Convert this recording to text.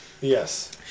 Yes